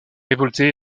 révoltés